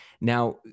Now